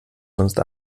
sonst